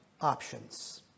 options